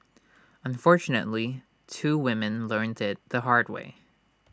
unfortunately two women learnt IT the hard way